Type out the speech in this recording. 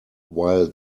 while